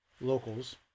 Locals